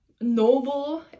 noble